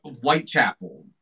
Whitechapel